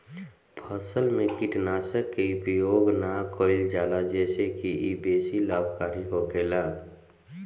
फसल में कीटनाशक के उपयोग ना कईल जाला जेसे की इ बेसी लाभकारी होखेला